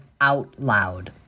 OUTLOUD